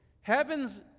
Heaven's